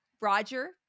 Roger